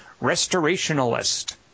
restorationalist